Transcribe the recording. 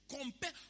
Compare